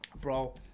bro